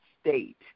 state